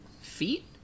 feet